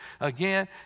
again